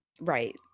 Right